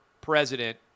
president